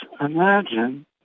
imagine